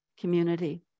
community